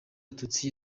abatutsi